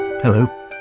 Hello